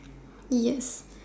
yes